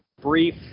brief